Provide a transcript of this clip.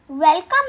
Welcome